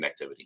connectivity